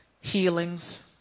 healings